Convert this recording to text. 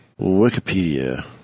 Wikipedia